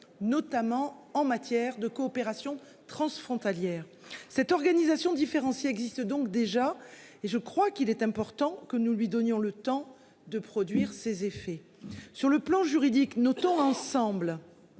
Notamment en matière de coopération transfrontalière cette organisation différencier existent donc déjà et je crois qu'il est important que nous lui donnions le temps de produire ses effets sur le plan juridique notons ensemble.